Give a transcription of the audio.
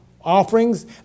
offerings